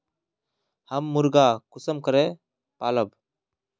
हम मुर्गा कुंसम करे पालव?